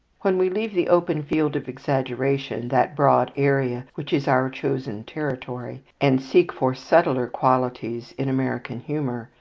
when we leave the open field of exaggeration, that broad area which is our chosen territory, and seek for subtler qualities in american humour,